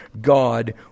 God